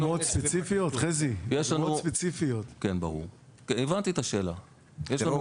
--- הבנתי את השאלה.